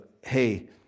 hey